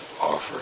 offer